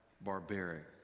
barbaric